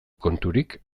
konturik